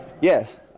Yes